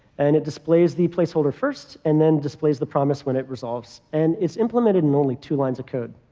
and it displays the placeholder first, and then displays the promise when it resolves. and it's implemented in only two lines of code.